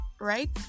right